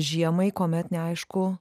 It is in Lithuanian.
žiemai kuomet neaišku